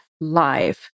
live